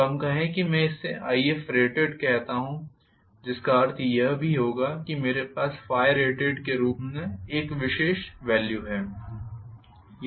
तो हम कहें कि मैं इसे Ifrated कहता हूं जिसका अर्थ यह भी होगा कि मेरे पास ∅rated के रूप में एक विशेष वेल्यू है